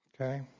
Okay